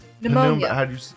pneumonia